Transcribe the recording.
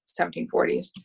1740s